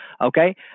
Okay